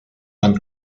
when